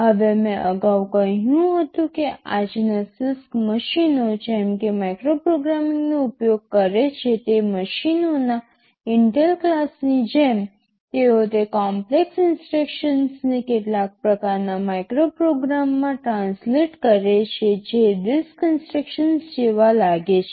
હવે મેં અગાઉ કહ્યું હતું કે આજના CISC મશીનો જેમ કે માઇક્રો પ્રોગ્રામિંગનો ઉપયોગ કરે છે તે મશીનોના Intel ક્લાસની જેમ તેઓ તે કોમ્પ્લેક્સ ઇન્સટ્રક્શન્સ ને કેટલાક પ્રકારના માઇક્રોપ્રોગ્રામમાં ટ્રાન્સલેટ કરે છે જે RISC ઇન્સટ્રક્શન્સ જેવા લાગે છે